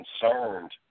concerned